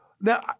now